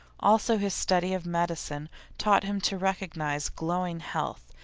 also his study of medicine taught him to recognize glowing health,